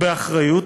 באחריות,